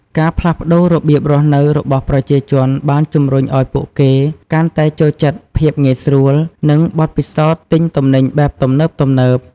ការផ្លាស់ប្តូររបៀបរស់នៅរបស់ប្រជាជនបានជំរុញឲ្យពួកគេកាន់តែចូលចិត្តភាពងាយស្រួល និងបទពិសោធន៍ទិញទំនិញបែបទំនើបៗ។